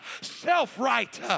self-right